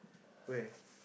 where